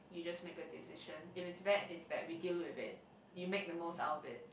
you just make a decision if it's bad it's bad we deal with it you make the most out of it